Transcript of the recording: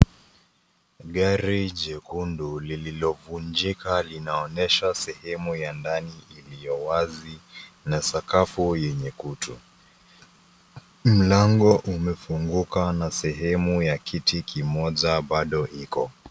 Gari jekundu lililovunjika linaonyesha sehemu ya ndani iliyowazi na sakafu yenye kutu, mlango umefunguka na sehemu ya kiti kimoja bado iko.